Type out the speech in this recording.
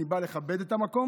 אני בא לכבד את המקום,